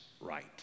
right